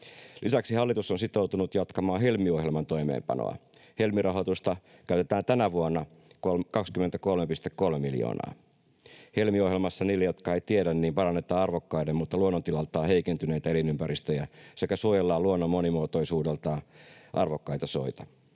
Lisäksi hallitus on sitoutunut jatkamaan Helmi-ohjelman toimeenpanoa. Helmi-rahoitusta käytetään tänä vuonna 23,3 miljoonaa. Helmi-ohjelmassa — niille, jotka eivät tiedä — parannetaan arvokkaita mutta luonnontilaltaan heikentyneitä elinympäristöjä sekä suojellaan luonnon monimuotoisuudeltaan arvokkaita soita.